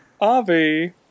Avi